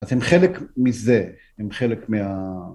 אז הם חלק מזה, הם חלק מה...